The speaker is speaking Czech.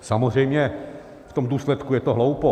Samozřejmě v tom důsledku je to hloupost.